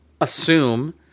assume